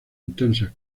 intensas